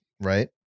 right